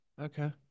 okay